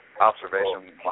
observation